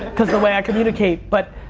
cause the way i communicate, but,